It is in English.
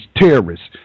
terrorists